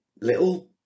little